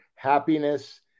happiness